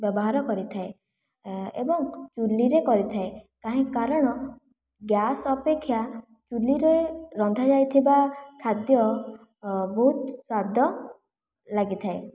ବ୍ୟବହାର କରିଥାଏ ଏବଂ ଚୁଲିରେ କରିଥାଏ କାରଣ ଗ୍ୟାସ ଅପେକ୍ଷା ଚୁଲିରେ ରନ୍ଧା ଯାଇଥିବା ଖାଦ୍ୟ ବହୁତ ସ୍ୱାଦ ଲାଗିଥାଏ